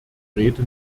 rede